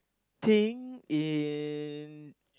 think in